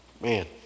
Man